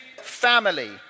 family